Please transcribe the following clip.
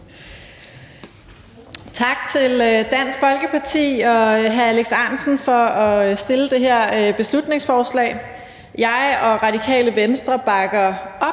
Tak til Dansk Folkeparti og hr. Alex Ahrendtsen for at fremsætte det her beslutningsforslag. Jeg og Radikale Venstre bakker op